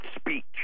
speech